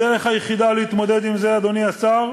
הדרך היחידה להתמודד עם זה, אדוני השר,